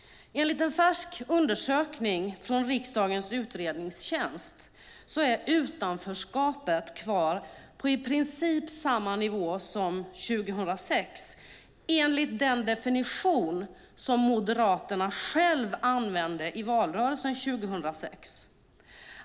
Enligt en färsk undersökning från riksdagens utredningstjänst är utanförskapet kvar på i princip samma nivå som 2006 enligt den definition som Moderaterna själva använde i valrörelsen 2006.